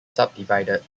subdivided